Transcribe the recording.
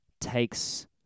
takes